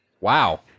Wow